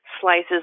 slices